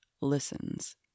listens